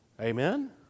Amen